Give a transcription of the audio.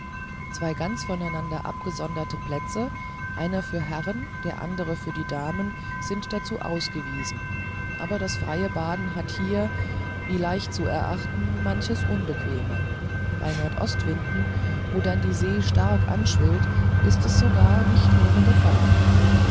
zwei ganz voneinander abgesonderte plätze einer für herren der andere für die damen sind dazu angewiesen aber das freie baden hat hier wie leicht zu erachten manches unbequeme bei nordostwinden wo dann die see stark anschwillt ist es sogar nicht ohne gefahr